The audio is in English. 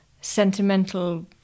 sentimental